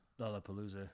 Lollapalooza